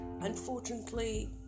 Unfortunately